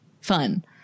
fun